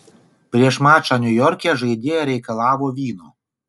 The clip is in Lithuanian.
prieš mačą niujorke žaidėja reikalavo vyno